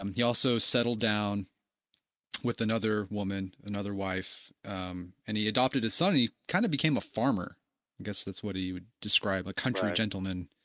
um he also settled down with another woman, another wife um and he adopted his son, he kind of became a farmer guess that's what you would describe a country and gentleman?